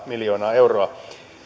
miljoonaa euroa